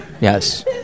yes